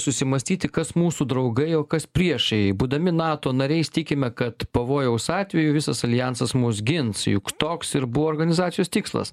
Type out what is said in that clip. susimąstyti kas mūsų draugai o kas priešai būdami nato nariais tikime kad pavojaus atveju visas aljansas mus gins juk toks ir buvo organizacijos tikslas